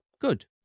good